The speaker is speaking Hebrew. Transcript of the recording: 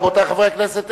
רבותי חברי הכנסת,